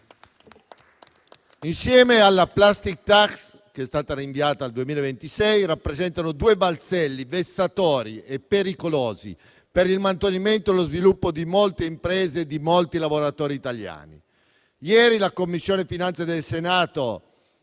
insieme alla *plastic tax*, che è stata rinviata al 2026, rappresenta un balzello vessatorio e pericoloso per il mantenimento e lo sviluppo di molte imprese e di molti lavoratori italiani. Ieri la 6a Commissione del Senato,